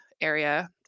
area